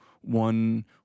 one